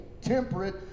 temperate